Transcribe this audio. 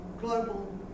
global